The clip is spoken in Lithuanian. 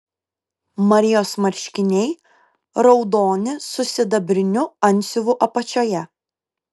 marijos marškiniai raudoni su sidabriniu antsiuvu apačioje